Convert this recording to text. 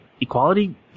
Equality